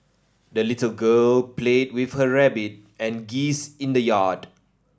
the little girl played with her rabbit and geese in the yard